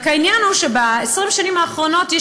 רק העניין הוא שב-20 השנים האחרונות יש